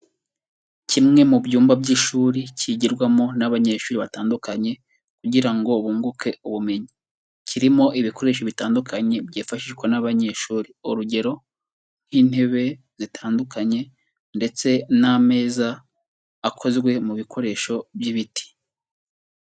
Kimwe mu byumba by'ishuri kigirwamo n'abanyeshuri batandukanye, kugira ngo bunguke ubumenyi. Kirimo ibikoresho bitandukanye byifashishwa n'abanyeshuri. Urugero nk'intebe zitandukanye, ndetse n'ameza akozwe mu bikoresho by'ibiti.